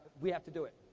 we have to do it.